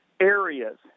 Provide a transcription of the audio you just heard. areas